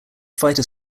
fighter